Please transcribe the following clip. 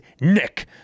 Nick